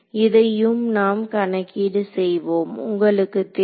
இதையும் நாம் கணக்கீடு செய்வோம் உங்களுக்கு தெரியும்